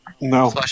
No